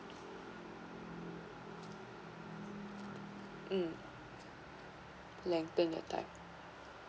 mm lengthen the time